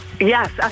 Yes